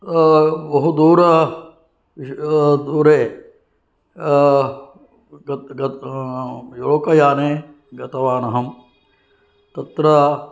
बहुदूर दूरे लोकयाने गतवान् अहं तत्र